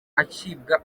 acibwa